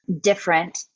different